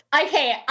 Okay